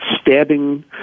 stabbing